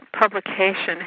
publication